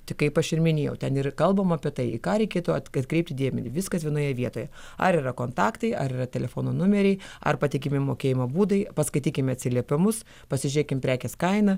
tai kaip aš ir minėjau ten yra kalbama apie tai į ką reikėtų atkreipti dėmenį viskas vienoje vietoje ar yra kontaktai ar yra telefono numeriai ar patikimi mokėjimo būdai paskaitykim atsiliepimus pasižiūrėkim prekės kainą